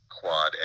quad